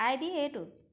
আই D এইটো